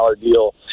deal